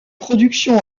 production